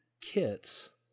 kits